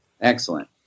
excellent